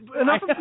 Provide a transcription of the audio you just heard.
Enough